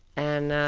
and,